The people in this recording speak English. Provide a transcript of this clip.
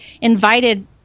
invited